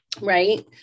right